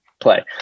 play